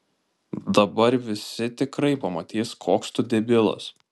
dabar visi tikrai pamatys koks tu debilas